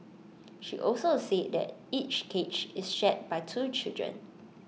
she also said that each cage is shared by two children